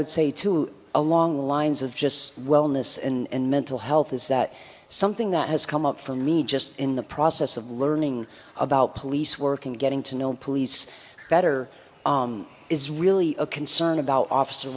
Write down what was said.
would say to along the lines of just wellness and mental health is that something that has come up for me just in the process of learning about police work and getting to know police better is really a concern about officer